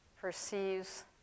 perceives